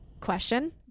question